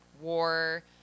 war